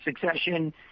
succession